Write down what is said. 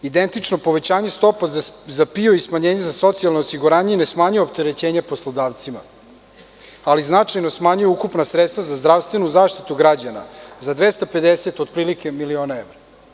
Identično povećanje stopa za PIO i smanjenje za socijalno osiguranje ne smanjuje opterećenje poslodavcima, ali značajno smanjuje ukupna sredstva za zdravstvenu zaštitu građana za 250 miliona evra, otprilike.